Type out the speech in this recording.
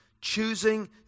Choosing